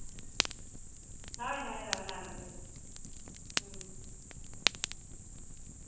ᱦᱳᱭ ᱦᱳᱭ ᱦᱳᱭ ᱚᱱᱟ ᱨᱳᱰ ᱨᱮᱜᱮ ᱦᱩᱸ